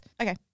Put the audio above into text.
Okay